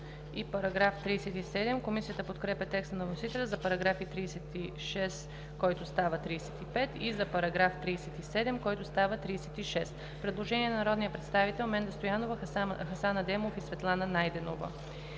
АНГЕЛОВА: Комисията подкрепя текста на вносителя за § 36, който става 35, и за § 37, който става § 36. Предложение на народния представител Менда Стоянова, Хасан Адемов и Светлана Найденова: